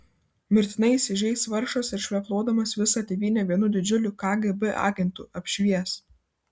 mirtinai įsižeis vargšas ir švepluodamas visą tėvynę vienu didžiuliu kgb agentu apšvies